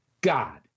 God